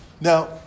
Now